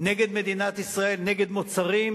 נגד מדינת ישראל, נגד מוצרים,